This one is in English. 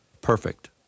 perfect